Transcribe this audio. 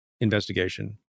investigation